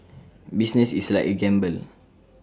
business is like A gamble